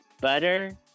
Butter